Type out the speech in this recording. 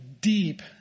deep